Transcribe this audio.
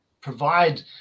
provide